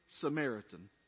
Samaritan